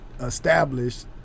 established